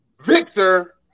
Victor